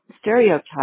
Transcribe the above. stereotype